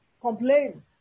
complain